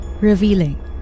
revealing